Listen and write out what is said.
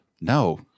No